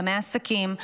ימי עסקים,